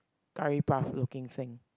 curry puff looking thing